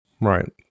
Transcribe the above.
Right